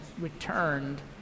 returned